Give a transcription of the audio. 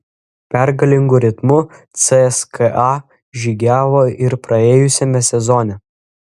pergalingu ritmu cska žygiavo ir praėjusiame sezone